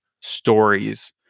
stories